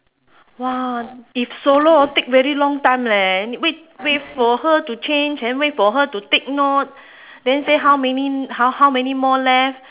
!wah! if solo hor take very long time leh wait wait for her to change then wait for her to take note then say how many how how many more left